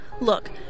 Look